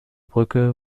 brücke